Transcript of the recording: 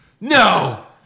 No